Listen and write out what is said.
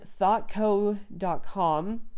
thoughtco.com